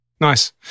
Nice